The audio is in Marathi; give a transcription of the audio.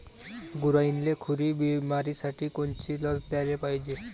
गुरांइले खुरी बिमारीसाठी कोनची लस द्याले पायजे?